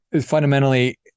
fundamentally